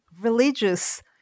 religious